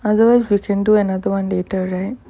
afterwards we can do another one later right